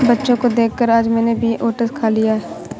बच्चों को देखकर आज मैंने भी ओट्स खा लिया